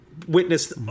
Witnessed